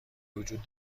وجود